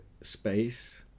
space